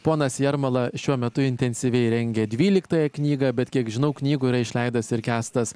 ponas jarmala šiuo metu intensyviai rengia dvyliktąją knygą bet kiek žinau knygų yra išleidęs ir kęstas